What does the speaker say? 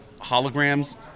holograms